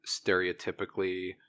stereotypically